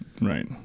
right